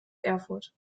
erfurt